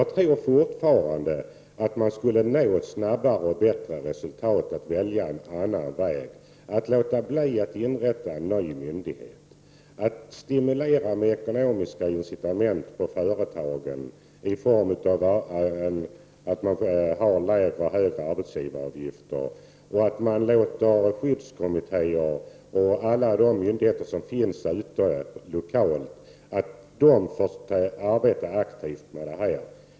Jag tror fortfarande att vi skulle nå snabbare och bättre resultat om vi gick en annan väg än genom att inrätta en ny myndighet. Vi skulle i stället ge ekonomisk stimulans till företagen genom differentierade arbetsgivaravgifter och genom att låta skyddskommittéer och andra lokala organ arbeta aktivt med problemen.